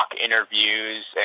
interviews